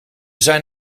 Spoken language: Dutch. zijn